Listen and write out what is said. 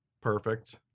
Perfect